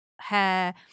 hair